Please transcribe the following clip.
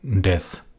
death